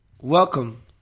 Welcome